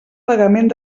pagament